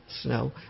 Snow